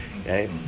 okay